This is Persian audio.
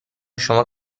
شما